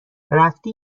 رفتی